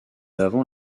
avant